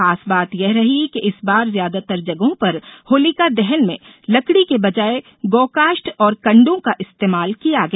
खास बात यह रही कि इस बार ज्यादातर जगहों पर होलिका दहन में लकड़ी के बजाय गौकाष्ठ और कंडों का इस्तेमाल किया गया